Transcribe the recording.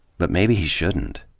but maybe he shouldn't.